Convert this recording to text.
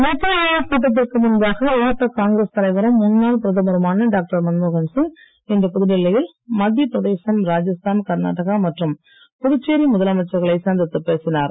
நிதி ஆயோக் கூட்டத்திற்கு முன்பாக மூத்த காங்கிரஸ் தலைவரும் முன்னாள் பிரதமருமான டாக்டர் மன்மோகன் சிங் இன்று புதுடில்லியில் மத்தியபிரதேசம் ராஜஸ்தான் கர்நாடகா மற்றும் புதுச்சேரி முதலமைச்சர்களை சந்தித்துப் பேசினார்